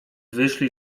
wyszli